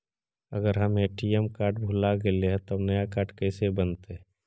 अगर हमर ATM card भुला गैलै हे तब नया काड कइसे बनतै?